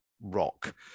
rock